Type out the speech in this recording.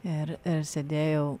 ir sėdėjau